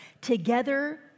together